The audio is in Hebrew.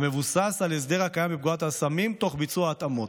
המבוססים על ההסדר הקיים בפקודת הסמים תוך ביצוע התאמות.